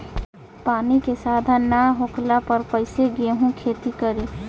पानी के साधन ना होखला पर कईसे केहू खेती करी